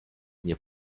nie